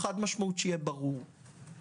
שיהיה ברור חד משמעית: